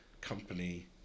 company